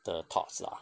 的 thoughts lah